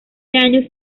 años